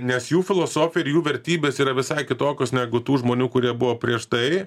nes jų filosofija ir jų vertybės yra visai kitokios negu tų žmonių kurie buvo prieš tai